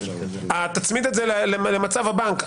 תצמיד את זה למצב הבנק,